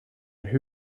who